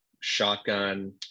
shotgun